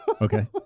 Okay